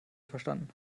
verstanden